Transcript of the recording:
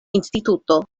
instituto